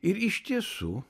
ir iš tiesų